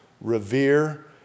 revere